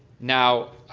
now,